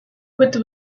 with